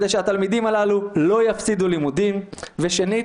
כדי שהתלמידים הללו לא יפסידו לימודים; ושנית,